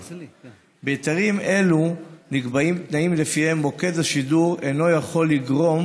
בהיתרים האלה נקבעים תנאים שלפיהם מוקד השידור אינו יכול לגרום